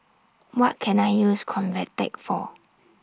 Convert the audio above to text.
What Can I use Convatec For